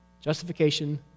Justification